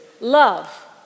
love